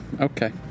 Okay